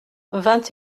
vingt